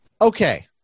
Okay